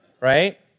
right